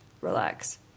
relax